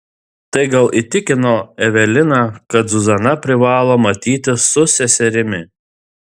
tai gal įtikino eveliną kad zuzana privalo matytis su seserimi